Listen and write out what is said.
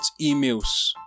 emails